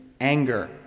anger